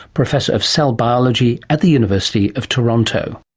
professor of cell biology at the university of toronto.